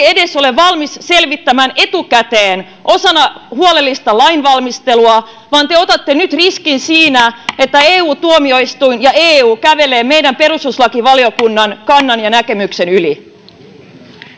edes ole valmis selvittämään etukäteen osana huolellista lainvalmistelua vaan te otatte nyt riskin siinä että eu tuomioistuin ja eu kävelevät meidän perustuslakivaliokunnan kannan ja näkemyksen yli